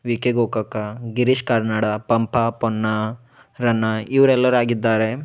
V K Gokak Girish Karnad Pampa Ponna Ranna ಇವ್ರೆಲ್ಲರೂ ಆಗಿದ್ದಾರೆ